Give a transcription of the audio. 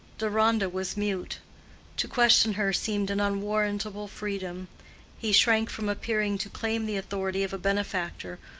deronda was mute to question her seemed an unwarrantable freedom he shrank from appearing to claim the authority of a benefactor,